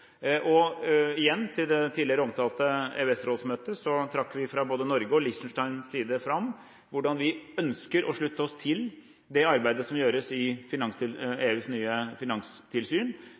Igjen til det tidligere omtalte EØS-rådsmøtet – der trakk vi fra både Norges og Liechtensteins side fram hvordan vi ønsker å slutte oss til det arbeidet som gjøres i EUs nye finanstilsyn,